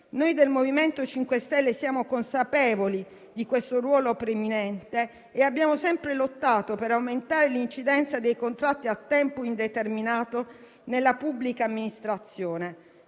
Noi del MoVimento 5 Stelle siamo consapevoli di questo ruolo preminente e abbiamo sempre lottato per aumentare l'incidenza dei contratti a tempo indeterminato nella pubblica amministrazione.